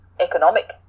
economic